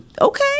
okay